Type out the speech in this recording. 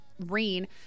rain